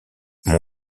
mon